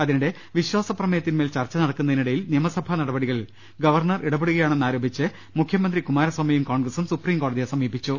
അതിനിടെ വിശ്വാസപ്രമേയത്തിൽ ചർച്ച നടക്കുന്നതി നിടയിൽ നിയമസഭാ നടപടികളിൽ ഗവർണർ ഇടപെടുകയാണെന്നാരോ പിച്ച് മുഖ്യമന്ത്രി കുമാരസ്ഥാമിയും കോൺഗ്രസും സുപ്രീംകോടതിയെ സമീ പിച്ചു